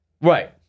Right